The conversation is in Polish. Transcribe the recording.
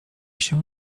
się